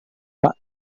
pak